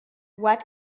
what